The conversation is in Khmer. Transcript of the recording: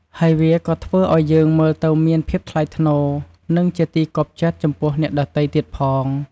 ហើយវាក៏៏ធ្វើឲ្យយើងមើលទៅមានភាពថ្លៃថ្នូរ និងជាទីគាប់ចិត្តចំពោះអ្នកដទៃទៀតផង។